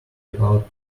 about